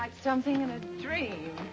like something in a dream